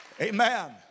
Amen